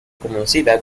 conocida